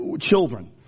children